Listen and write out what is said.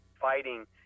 fighting